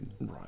right